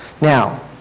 now